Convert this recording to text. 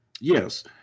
Yes